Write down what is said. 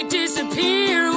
disappear